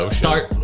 start